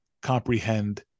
comprehend